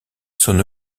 son